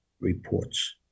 reports